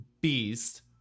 beast